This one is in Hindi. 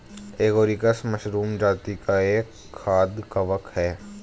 एगेरिकस मशरूम जाती का एक खाद्य कवक है